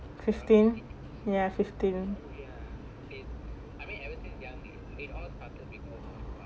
fifteen ya fifteen